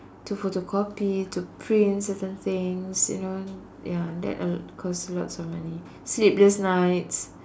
to photocopy to print certain things you know ya that uh costs lots of money sleepless night